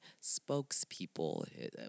spokespeople